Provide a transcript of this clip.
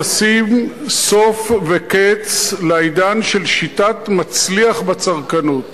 תשים סוף וקץ לעידן של שיטת "מצליח" בצרכנות,